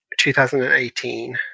2018